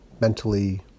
mentally